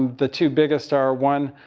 the two biggest are one,